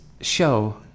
show